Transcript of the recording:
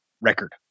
record